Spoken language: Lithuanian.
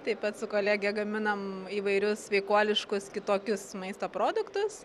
taip pat su kolege gaminam įvairius sveikuoliškus kitokius maisto produktus